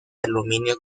aluminio